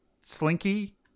Slinky